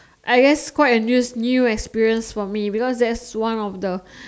I guess quite a news new experience for me because that's one of the